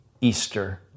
Easter